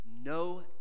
no